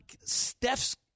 Steph's